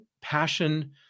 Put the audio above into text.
passion